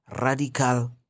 radical